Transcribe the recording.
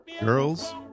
Girls